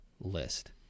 list